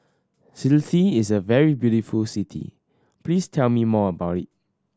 Tbilisi is a very beautiful city please tell me more about it